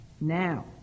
now